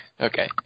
Okay